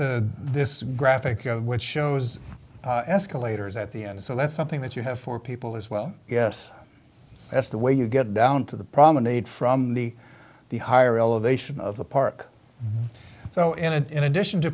of this graphic which shows escalators at the end so let's something that you have for people as well yes that's the way you get down to the promenade from the the higher elevation of the park so in and in addition to